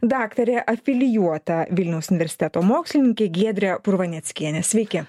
daktarė afilijuota vilniaus universiteto mokslininkė giedrė purvaneckienė sveiki